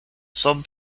some